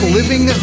Living